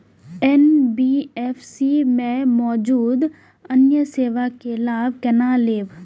NBFC में मौजूद अन्य सेवा के लाभ केना लैब?